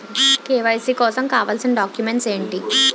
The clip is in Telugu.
కే.వై.సీ కోసం కావాల్సిన డాక్యుమెంట్స్ ఎంటి?